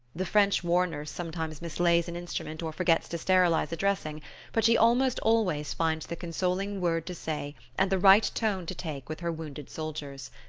the french war-nurse sometimes mislays an instrument or forgets to sterilize a dressing but she almost always finds the consoling word to say and the right tone to take with her wounded soldiers.